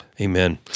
Amen